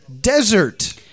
desert